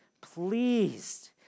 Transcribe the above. pleased